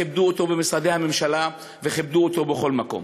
כיבדו אותו במשרדי הממשלה וכיבדו אותו בכל מקום.